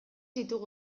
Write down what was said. ditugu